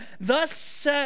Thus